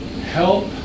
help